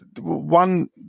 one